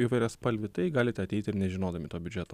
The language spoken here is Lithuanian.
įvairiaspalvį tai galite ateiti ir nežinodami to biudžeto